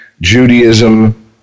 Judaism